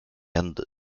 end